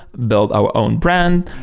build our own brand.